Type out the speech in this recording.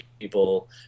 people